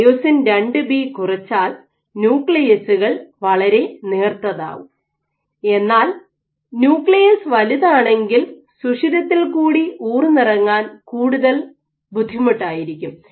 myosin II B കുറച്ചാൽ ന്യൂക്ലിയസ്സുകൾ വളരെ നേർത്തതാവും എന്നാൽ ന്യൂക്ലിയസ് വലുതാണെങ്കിൽ സുഷിരത്തിൽ കൂടി ഊർന്നിറങ്ങാൻ കൂടുതൽ ബുദ്ധിമുട്ടായിരിക്കും